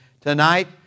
tonight